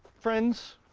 friends.